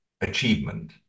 achievement